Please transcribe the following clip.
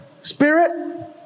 Spirit